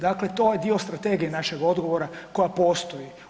Dakle, ovaj dio strategije našeg odgovora koja postoji.